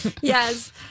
yes